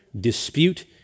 dispute